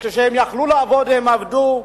כשהם היו יכולים לעבוד הם עבדו,